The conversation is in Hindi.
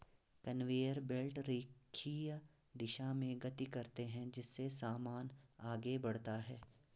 कनवेयर बेल्ट रेखीय दिशा में गति करते हैं जिससे सामान आगे बढ़ता है